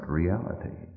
reality